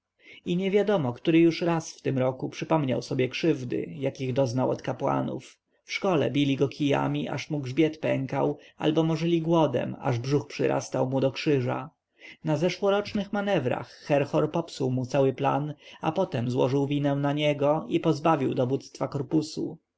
i niewiadomo który już raz w tym roku przypominał sobie krzywdy jakich doznał od kapłanów w szkole bili go kijami aż mu grzbiet pękał albo morzyli głodem aż brzuch przyrastał mu do krzyża na zeszłorocznych manewrach herhor popsuł mu cały plan a potem złożył winę na niego i pozbawił dowództwa korpusu